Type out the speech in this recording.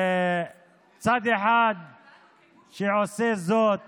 צד אחד שעושה זאת